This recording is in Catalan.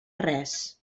res